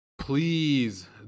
Please